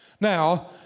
Now